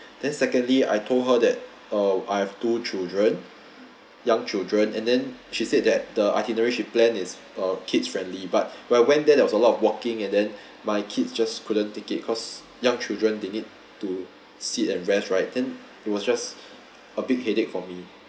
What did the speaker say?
then secondly I told her that uh I have two children young children and then she said that the itinerary she plan is uh kids friendly but when I went there there was a lot of walking and then my kids just couldn't take it cause young children they need to sit and rest right then it was just a big headache for me